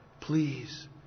please